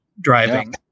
driving